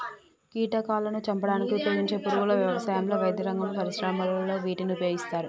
కీటకాలాను చంపడానికి ఉపయోగించే పురుగుల వ్యవసాయంలో, వైద్యరంగంలో, పరిశ్రమలలో వీటిని ఉపయోగిస్తారు